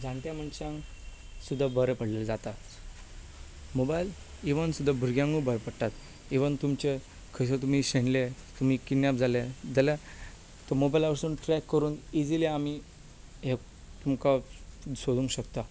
जाणट्या मनश्यांक सुद्धा बरें पडलेले जाता मोबायल इवन सुद्धा भुरग्यांक बरें पडटात इवन तुमचे खंयसर तुमी शेणले तुमी किडनेप जाले जाल्यार मोबायला वेल्यान ते ट्रेक करून इझिली आमी हे तुमकां सोदूंक शकता